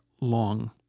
long